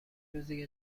روزی